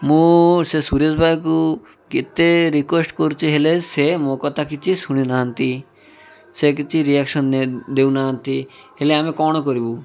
ମୁଁ ସେ ସୁରେଶ ଭାଇକୁ କେତେ ରିକ୍ୱେଷ୍ଟ୍ କରୁଛି ହେଲେ ସେ ମୋ କଥା କିଛି ଶୁଣିନାହାନ୍ତି ସେ କିଛି ରିଏକ୍ସନ୍ ଦେଉ ନାହାନ୍ତି ହେଲେ ଆମେ କ'ଣ କରିବୁ